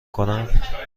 کنم